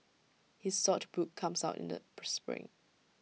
his saute book comes out in the per spring